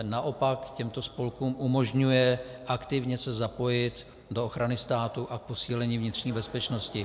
Ten naopak těmto spolkům umožňuje aktivně se zapojit do ochrany státu a posílení vnitřní bezpečnosti.